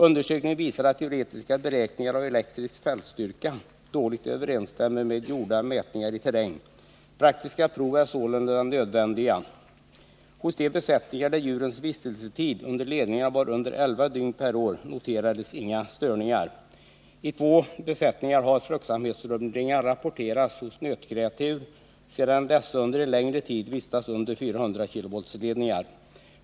Undersökningen visar att teoretiska beräkningar av elektrisk fältstyrka dåligt överensstämmer med gjorda mätningar i terräng. Praktiska prov är således nödvändiga. Hos de besättningar där djurens vistelsetid under ledningarna var under elva dygn per år noterades inga störningar. I två besättningar har fruktsamhetsrubbningar rapporterats hos nötkreatur sedan dessa under längre tid vistats under 400 kV-ledningar.